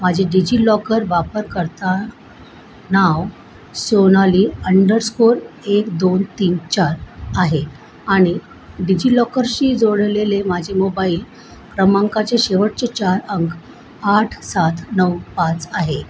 माझे डिजिलॉकर वापरकर्ता नाव सोनाली अंडरस्कोर एक दोन तीन चार आहे आणि डिजिलॉकरशी जोडलेले माझे मोबाईल क्रमांकाचे शेवटचे चार अंक आठ सात नऊ पाच आहे